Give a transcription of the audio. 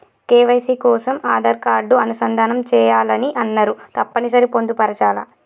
KYC కోసం Aadhaar card అనుసంధానం చేయాలని అన్నరు తప్పని సరి పొందుపరచాలా?